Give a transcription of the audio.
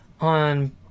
on